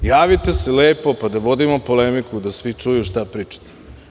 Javite se lepo pa da vodimo polemiku, da svi čuju šta pričate.